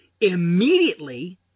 immediately